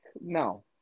no